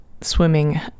Swimming